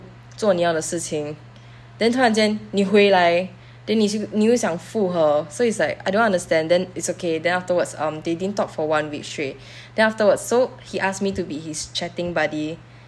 做你要的事情 then 突然间你回来 then 你现你又想复合 so is like I don't understand then it's okay then afterwards um they didn't talk for one week straight then afterwards so he asked me to be his chatting buddy